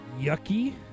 yucky